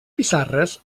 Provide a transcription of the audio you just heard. pissarres